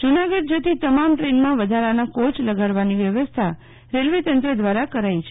જૂનાગઢ જતી તમામ દ્રેનમાં વધારાના કોય લગાડવાની વ્યસ્થા રેલ્વે તંત્ર દ્વારા કરાઇ છે